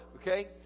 okay